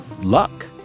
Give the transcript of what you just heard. luck